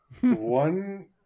One